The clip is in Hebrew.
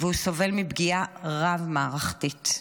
והוא סובל מפגיעה רב-מערכתית.